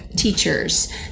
teachers